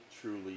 truly